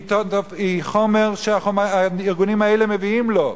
היא חומר שהארגונים האלה מביאים לו.